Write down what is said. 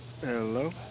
Hello